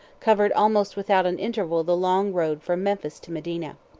covered almost without an interval the long road from memphis to medina.